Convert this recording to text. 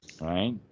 right